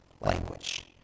language